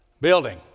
Building